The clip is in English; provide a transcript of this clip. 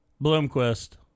bloomquist